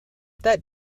that